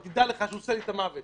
אבל תדע לך שהוא עושה לי את המוות.